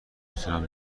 میتونم